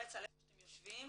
ומתפרץ על איפה שאתם יושבים